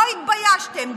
לא התביישתם,